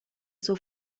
suo